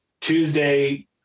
Tuesday